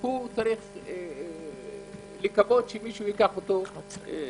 הוא צריך לקוות שמישהו ייקח אותו לשם.